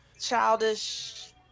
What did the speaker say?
childish